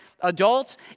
adults